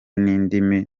n’indimi